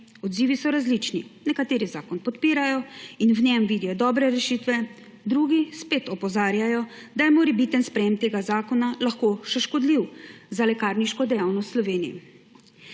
Odzivi so različni. Nekateri zakon podpirajo in v njem vidimo dobre rešitve, drugi spet opozarjajo, da je morebitno sprejetje tega zakona lahko še škodljivo za lekarniško dejavnost v Sloveniji.